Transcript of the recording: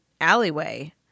alleyway